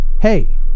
hey